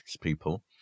people